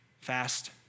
Fast